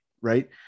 right